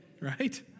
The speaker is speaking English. Right